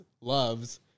loves